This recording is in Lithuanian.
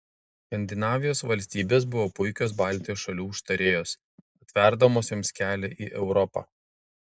skandinavijos valstybės buvo puikios baltijos šalių užtarėjos atverdamos joms kelią į europą